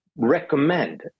recommend